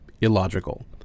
illogical